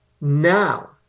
now